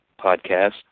podcast